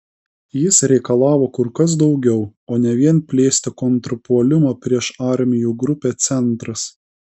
jis reikalavo kur kas daugiau o ne vien plėsti kontrpuolimą prieš armijų grupę centras